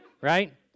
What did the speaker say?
Right